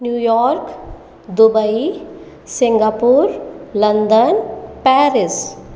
New York Dubai Singapore London Paris